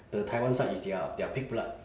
the taiwan side is their their pig blood